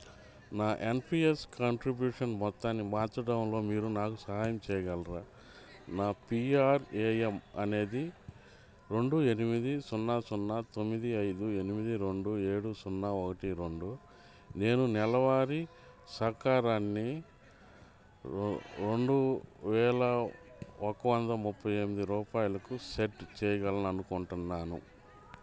నా NPS contribution మొత్తాన్ని మార్చడంలో మీరు నాకు సహాయం చేయగలరా నా పీఆర్ఏఎమ్ అనేది రెండు ఎనిమిది సున్నా సున్నా తొమ్మిది ఐదు ఎనిమిది రెండు ఏడు సున్నా ఒకటి రెండు నేను నెలవారీ సహకారాన్ని రెండు వేల ఒక వంద ముప్పై ఎనిమిది రూపాయలకు సెట్ చేయగలను అనుకుంటున్నాను